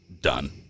done